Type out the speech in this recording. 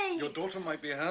ah your daughter might be hurt.